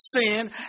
sin